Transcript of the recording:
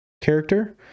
character